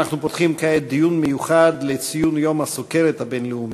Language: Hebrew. אנחנו פותחים כעת דיון מיוחד לציון יום הסוכרת הבין-לאומי,